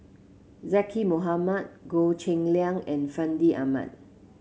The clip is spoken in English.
Zaqy Mohamad Goh Cheng Liang and Fandi Ahmad